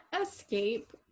escape